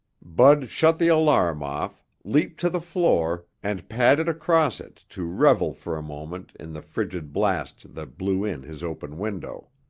bud shut the alarm off, leaped to the floor, and padded across it to revel for a moment in the frigid blast that blew in his open window.